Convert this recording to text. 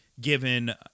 given